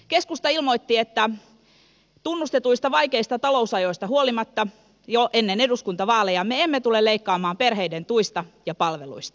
keskusta ilmoitti jo ennen eduskuntavaaleja että tunnustetuista vaikeista talousajoista huolimatta me emme tule leikkaamaan perheiden tuista ja palveluista